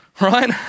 Right